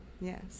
Yes